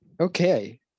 Okay